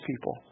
people